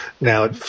now